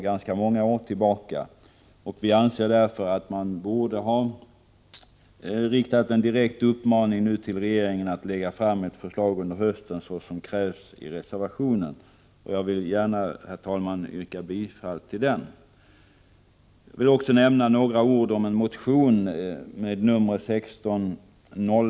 Vi anser därför i likhet med vad som krävs i reservationen att man borde ha riktat en direkt uppmaning till regeringen att lägga fram ett förslag under hösten 1985. Jag vill gärna, herr talman, yrka bifall till den reservationen. Jag skall också säga några ord om motion 1605.